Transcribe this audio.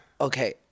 Okay